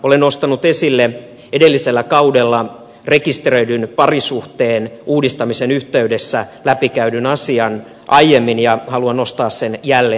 olen nostanut esille edellisellä kaudella rekisteröidyn parisuhteen uudistamisen yhteydessä läpikäydyn asian aiemmin ja haluan nostaa sen esille jälleen